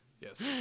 Yes